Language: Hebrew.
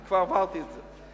אני כבר עברתי את זה.